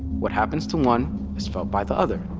what happens to one is felt by the other.